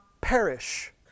perish